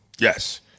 Yes